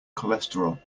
cholesterol